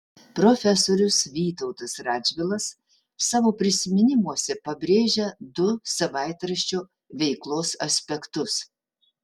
profesorius vytautas radžvilas savo prisiminimuose pabrėžia du savaitraščio veiklos aspektus